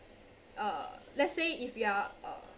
uh let say if their uh